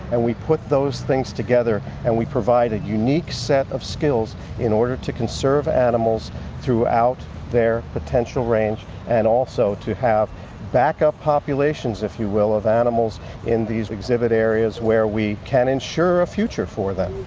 and we put those things together and we provide a unique set of skills in order to conserve animals throughout their potential range and also to have backup populations, if you will, of animals in these exhibit areas where we can ensure a future for them.